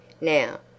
Now